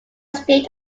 state